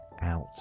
out